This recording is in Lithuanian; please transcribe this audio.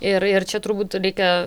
ir ir čia turbūt reikia